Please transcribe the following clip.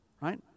Right